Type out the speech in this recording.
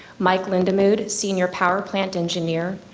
mike lindamood, senior power plant engineer.